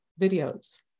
videos